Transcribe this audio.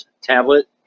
tablet